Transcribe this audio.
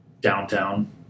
downtown